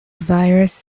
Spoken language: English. virus